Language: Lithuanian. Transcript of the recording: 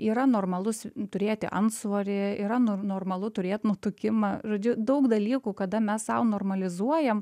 yra normalus turėti antsvorį yra nor normalu turėt nutukimą žodžiu daug dalykų kada mes sau normalizuojame